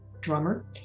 drummer